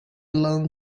learn